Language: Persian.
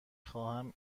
خواهم